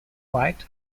white